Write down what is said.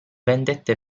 vendette